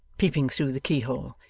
peeping through the keyhole.